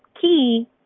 key